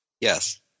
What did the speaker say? Yes